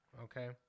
Okay